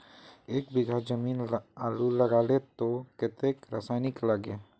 एक बीघा जमीन आलू लगाले तो कतेक रासायनिक लगे?